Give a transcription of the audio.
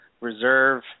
reserve